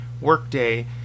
workday